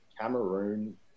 Cameroon